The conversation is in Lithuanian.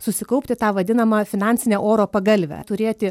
susikaupti tą vadinamą finansinę oro pagalvę turėti